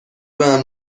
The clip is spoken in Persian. بهم